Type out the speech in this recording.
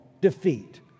defeat